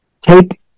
take